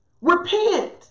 repent